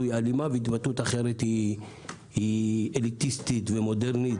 היא אלימה והתבטאות אחרת היא אליטיסטית ומודרנית